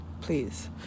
Please